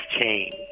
change